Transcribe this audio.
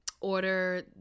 order